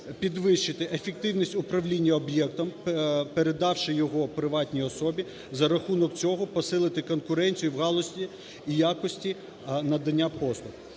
підвищити ефективність управління об'єктом, передавши його приватній особі, за рахунок цього посилити конкуренцію в галузі якості надання послуг.